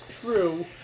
True